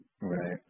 Right